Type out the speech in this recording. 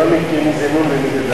אני לא מכיר מי זה נ' ומי זה ד'.